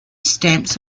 stamps